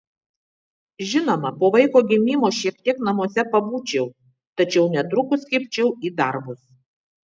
žinoma po vaiko gimimo šiek tiek namuose pabūčiau tačiau netrukus kibčiau į darbus